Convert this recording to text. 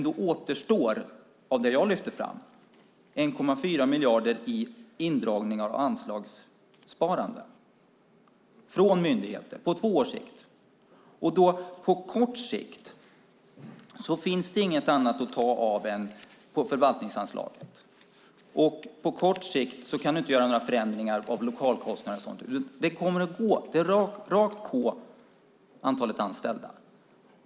Då återstår dock av det jag lyfte fram 1,4 miljarder i indragning av anslagssparande från myndigheter på två års sikt. På kort sikt finns inget annat att ta av än förvaltningsanslaget. På kort sikt kan du inte göra några förändringar av lokalkostnader och så vidare. Det kommer att gå rakt på antalet anställda.